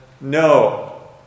no